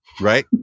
right